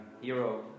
hero